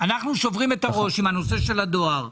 אנחנו שוברים את הראש עם הנושא של הדואר,